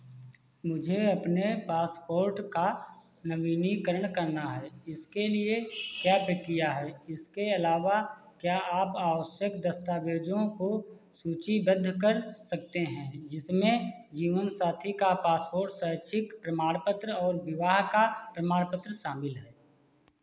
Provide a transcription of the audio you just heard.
मुझे अपने पासपोर्ट का नवीनीकरण करना है इसके लिए क्या प्रक्रिया है इसके अलावा क्या आप आवश्यक दस्तावेज़ों को सूचीबद्ध कर सकते हैं जिसमें जीवनसाथी का पासपोर्ट शैक्षिक प्रमाणपत्र और विवाह का प्रमाण पत्र शामिल हैं